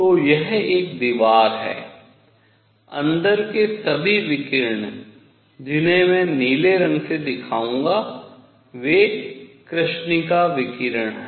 तो यह एक दीवार है अंदर के सभी विकिरण जिन्हे मैं नीले रंग से दिखाऊंगा वे कृष्णिका विकिरण है